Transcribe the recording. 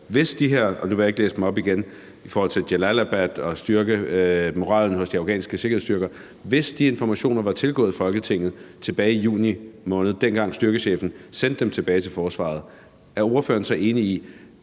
informationer, og nu vil jeg ikke læse dem op igen, men i forhold til Jalalabad og at styrke moralen hos de afghanske sikkerhedsstyrker, var tilgået Folketinget tilbage i juni måned, dengang styrkechefen sendte dem tilbage til Forsvaret, er ordføreren så enig i,